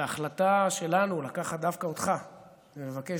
וההחלטה שלנו לקחת דווקא אותך ולבקש